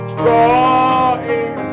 drawing